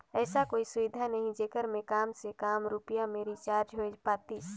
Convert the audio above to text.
ऐसा कोई सुविधा नहीं जेकर मे काम से काम रुपिया मे रिचार्ज हो पातीस?